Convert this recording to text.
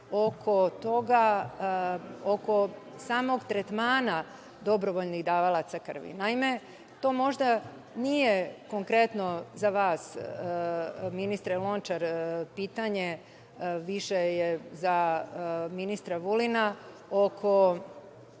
primedbe oko samog tretmana dobrovoljnih davalaca krvi. Naime, to možda nije konkretno za vas, ministre Lončar, pitanje, više je za ministra Vulina oko